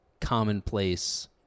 commonplace